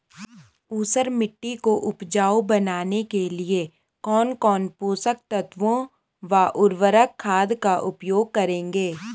ऊसर मिट्टी को उपजाऊ बनाने के लिए कौन कौन पोषक तत्वों व उर्वरक खाद का उपयोग करेंगे?